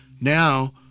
Now